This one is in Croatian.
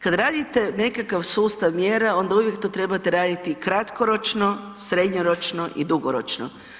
Kad radite nekakav sustav mjera onda uvijek to trebate raditi kratkoročno, srednjoročno i dugoročno.